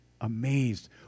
amazed